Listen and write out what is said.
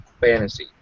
fantasy